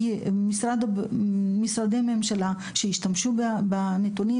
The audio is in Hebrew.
משרדי הממשלה שהשתמשו בנתונים,